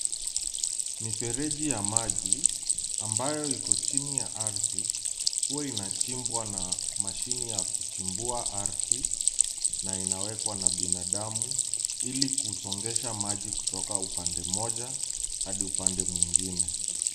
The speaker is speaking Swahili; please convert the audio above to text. Mifereji ya maji, ambayo iko chini ya ardhi, huwa inachimbwa na mashine ya kuchimbua ardhi na inawekwa na binadamu kusongesha maji kutoka upande mmoja hadi upande mwingine.